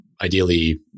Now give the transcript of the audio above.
Ideally